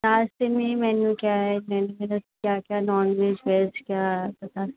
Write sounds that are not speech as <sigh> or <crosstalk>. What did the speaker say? नाश्ते में मेन्यू क्या है <unintelligible> क्या क्या नॉन वेज वेज क्या है आप बता